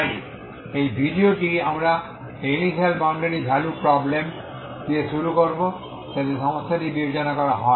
তাই এই ভিডিওটি আমরা এই ইনিশিয়াল বাউন্ডারি ভ্যালু প্রব্লেম দিয়ে শুরু করব যাতে সমস্যাটি বিবেচনা করা হয়